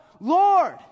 Lord